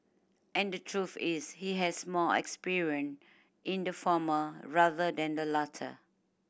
and the truth is he has more experience in the former rather than the latter